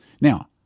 Now